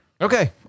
Okay